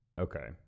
Okay